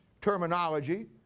terminology